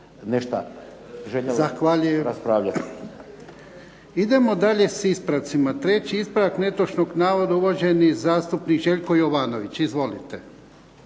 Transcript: Ivan (HDZ)** Zahvaljujem. Idemo dalje sa ispravcima. Treći ispravak netočnog navoda uvaženi zastupnik Željko Jovanović. Izvolite.